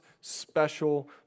special